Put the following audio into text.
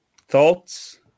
thoughts